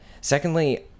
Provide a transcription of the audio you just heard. secondly